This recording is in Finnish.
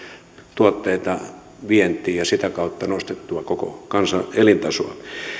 tuotteita vientiin ja sitä kautta nostettua koko kansan elintasoa